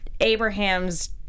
Abraham's